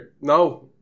no